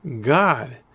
God